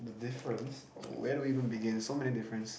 the difference where do we even begin so many difference